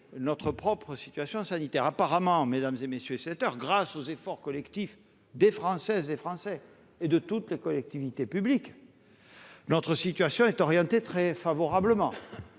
notre propre situation sanitaire. Apparemment, mesdames, messieurs les sénateurs, grâce aux efforts collectifs des Françaises et des Français, ainsi que de toutes les collectivités publiques, notre situation est orientée très favorablement.